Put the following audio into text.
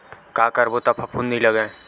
का करबो त फफूंद नहीं लगय?